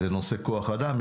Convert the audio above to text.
נושא כוח האדם,